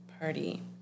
party